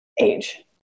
age